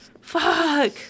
Fuck